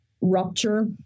rupture